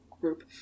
group